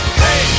hey